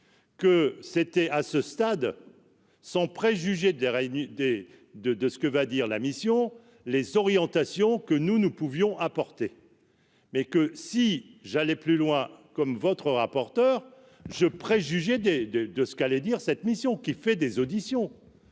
que c'était à ce stade, sans préjuger des une idée des de de ce que va dire la mission les orientations que nous ne pouvions apporter mais que si j'allais plus loin comme votre rapporteur je préjuger des de de ce qu'allait dire cette mission qui fait des auditions.